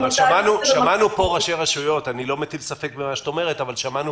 אני לא מטיל ספק במה שאת אומרת אבל שמענו